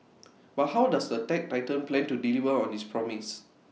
but how does the tech titan plan to deliver on this promise